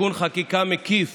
תיקון חקיקה מקיף